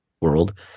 world